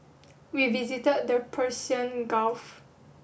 we visited the Persian Gulf